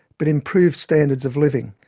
but improved standards of living.